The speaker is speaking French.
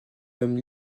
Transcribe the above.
hommes